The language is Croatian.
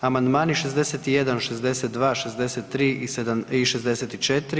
Amandmani 61., 62., 63. i 64.